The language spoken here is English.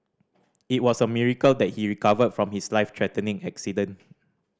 it was a miracle that he recovered from his life threatening accident